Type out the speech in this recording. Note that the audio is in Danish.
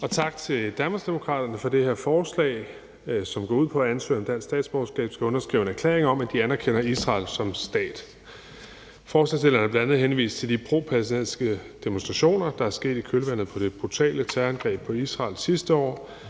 og tak til Danmarksdemokraterne for det her forslag, som går ud på, at ansøgere om dansk statsborgerskab skal underskrive en erklæring om, at de anerkender Israel som stat. Forslagsstillerne har bl.a. henvist til de propalæstinensiske demonstrationer, der har været i kølvandet på det brutale terrorangreb på Israel sidste år,